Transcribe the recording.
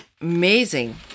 amazing